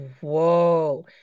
whoa